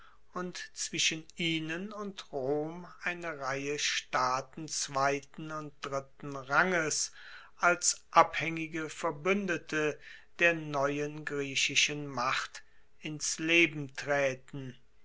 und zwischen ihnen und rom eine reihe staaten zweiten und dritten ranges als abhaengige verbuendete der neuen griechischen macht ins leben traeten